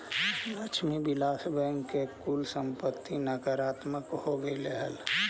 Lakshmi Vilas Bank की कुल संपत्ति नकारात्मक हो गेलइ हल